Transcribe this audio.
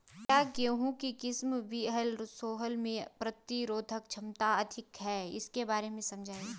क्या गेहूँ की किस्म वी.एल सोलह में प्रतिरोधक क्षमता अधिक है इसके बारे में समझाइये?